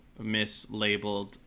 mislabeled